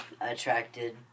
attracted